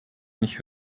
nicht